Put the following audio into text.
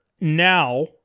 now